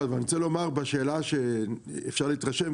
אבל אני רוצה לומר שאפשר להתרשם,